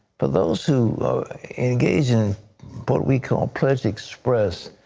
for those who engage in what we call pledge express.